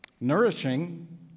nourishing